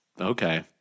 okay